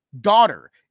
daughter